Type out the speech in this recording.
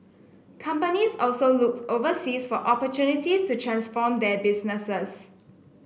companies also looked overseas for opportunities to transform their businesses